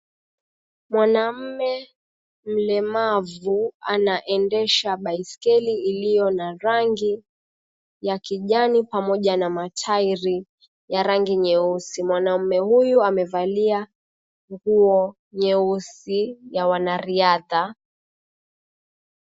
Mwanamme mlemavu anaendesha baiskeli iliyo na rangi ya kijani, pamoja na matairi ya rangi nyeusi. Mwanamme huyu amevalia nguo nyeusi za wanariadha.